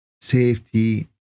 safety